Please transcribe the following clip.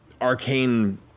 arcane